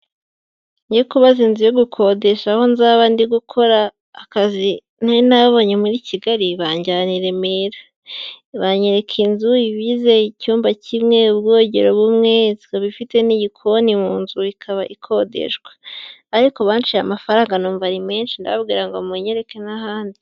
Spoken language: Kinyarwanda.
Njye kubaza inzu yo gukodesha aho nzaba ndi gukora akazi nari nabonye muri Kigali banjyana i Remera, banyereka inzu igize icyumba kimwe, ubwogero bumwe, ndetse ikaba ifite n'igikoni mu nzu ikaba ikodeshwa, ariko banshiye amafaranga numva ari menshi ndababwira ngo munyereke n'ahandi.